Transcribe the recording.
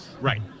Right